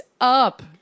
up